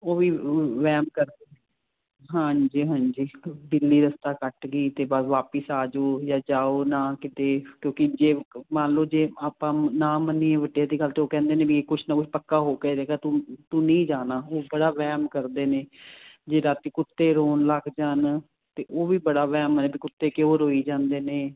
ਉਹ ਵੀ ਵਹਿਮ ਕਰ ਹਾਂਜੀ ਹਾਂਜੀ ਬਿੱਲੀ ਰਸਤਾ ਕੱਟ ਗਈ ਤੇ ਬਸ ਵਾਪਿਸ ਆਜੋ ਜਾਂ ਜਾਓ ਨਾ ਕਿਤੇ ਕਿਉਂਕਿ ਜੇ ਮੰਨ ਲਓ ਜੇ ਆਪਾਂ ਨਾ ਮੰਨੀਏ ਵੱਡੇ ਤੇ ਗੱਲ ਤੋਂ ਕਹਿੰਦੇ ਨੇ ਵੀ ਕੁਝ ਨਾ ਕੁਝ ਪੱਕਾ ਹੋ ਜੇ ਗਾ ਤੂੰ ਨਹੀਂ ਜਾਣਾ ਬੜਾ ਵਹਿਮ ਕਰਦੇ ਨੇ ਵੀ ਰਾਤੀ ਕੁੱਤੇ ਰੋਣ ਲੱਗ ਜਾਣ ਤੇ ਉਹ ਵੀ ਬੜਾ ਵਹਿਮ ਕੁੱਤੇ ਕਿਉਂ ਰੋਈ ਜਾਂਦੇ ਨੇ